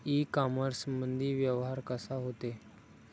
इ कामर्समंदी व्यवहार कसा होते?